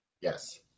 Yes